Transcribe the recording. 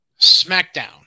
SmackDown